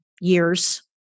years